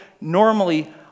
normally